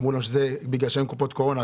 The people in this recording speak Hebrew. אמרו לנו שבגלל שאין קופות קורונה,